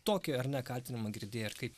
tokį ar ne kaltinimą girdi kaip